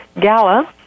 gala